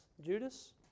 Judas